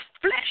flesh